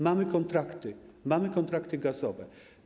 Mamy kontrakty, mamy kontrakty gazowe.